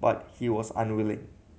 but he was unwilling